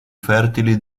fertili